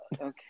Okay